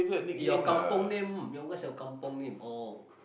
eh your kampung name what's your kampung name oh